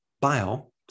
bile